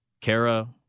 Kara